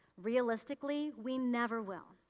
realistically, we never will.